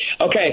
Okay